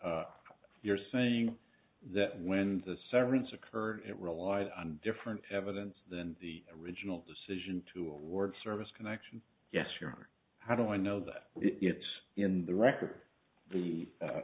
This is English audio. is you're saying that when the severance occurred it relied on different evidence than the original decision to award service connection yes your honor how do i know that it's in the record the